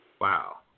Wow